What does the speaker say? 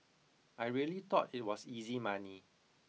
I really thought it was easy money